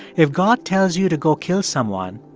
if god tells you to go kill someone,